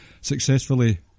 successfully